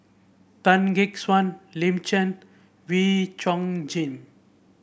Tan Gek Suan Lin Chen Wee Chong Jin